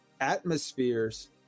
atmospheres